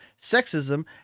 sexism